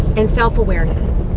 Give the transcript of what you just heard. and self-awareness.